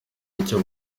icyo